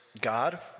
God